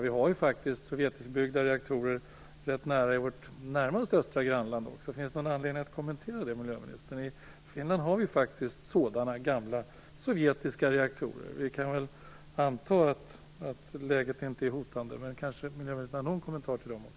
Vi har ju faktiskt sovjetiskbyggda reaktorer rätt nära även i vårt närmaste östra grannland. Finns det någon anledning att kommentera det, miljöministern? I Finland finns det också sådana här gamla sovjetiska reaktorer. Vi kan väl anta att läget inte är hotande, men kanske miljöministern har någon kommentar till dem också.